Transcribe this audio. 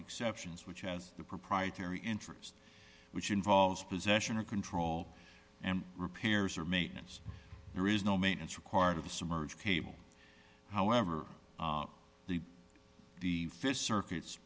exceptions which has the proprietary interest which involves possession or control and repairs or maintenance there is no maintenance required of a submerged cable however the the fish circuits